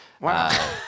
Wow